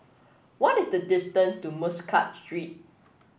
what is the distance to Muscat Street